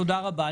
תודה רבה.